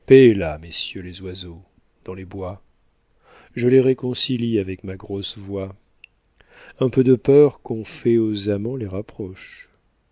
messieurs les oiseaux dans les bois je les réconcilie avec ma grosse voix un peu de peur qu'on fait aux amants les rapproche